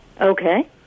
Okay